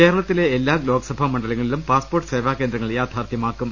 കേരളത്തില എല്ലാ ലോക്സഭാ മണ്ഡലങ്ങളിലും പാസ്പോർട്ട് സേവാകേന്ദ്രങ്ങൾ യാഥാർഥ്യമാക്കും